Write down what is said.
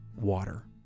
water